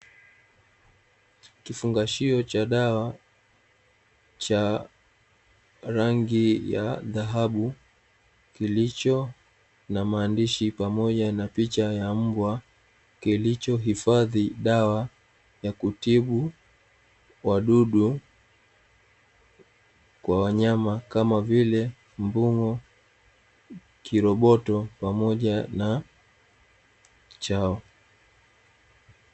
Kifungashio cha dawa cha rangi ya dhahabu kilicho na maandishi pamoja na picha mbwa, kilicho hifadhi dawa ya kutibu wadudu kwa wanyama kama vile mbung'o, kiroboto pamoja na chawa.